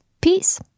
Peace